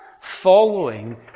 Following